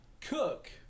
cook